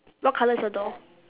what colour is your door